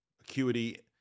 acuity